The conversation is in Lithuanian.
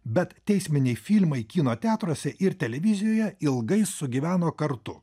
bet teisminiai filmai kino teatruose ir televizijoje ilgai sugyveno kartu